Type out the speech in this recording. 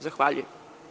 Zahvaljujem.